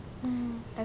mm